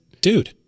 Dude